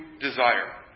desire